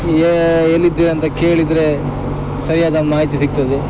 ಈಗಾ ಎಲ್ಲಿದ್ರಿ ಅಂತ ಕೇಳಿದ್ರೆ ಸರಿಯಾದ ಮಾಹಿತಿ ಸಿಗ್ತದೆ